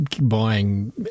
buying